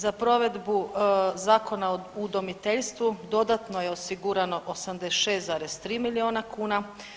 Za provedbu Zakona o udomiteljstvu dodatno je osigurano 86,3 miliona kuna.